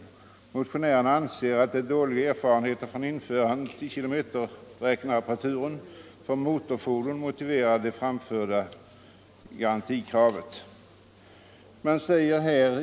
Motionärerna anser att de dåliga erfarenheterna från införandet av kilometerräknarapparaturen för motorfordon motiverar det framförda garantikravet.